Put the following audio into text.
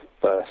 first